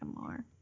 more